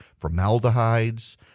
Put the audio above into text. formaldehydes